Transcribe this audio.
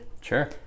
Sure